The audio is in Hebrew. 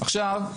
עכשיו,